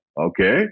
okay